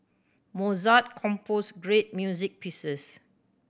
Mozart composed great music pieces